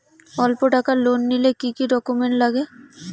অল্প টাকার লোন নিলে কি কি ডকুমেন্ট লাগে?